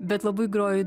bet labai groju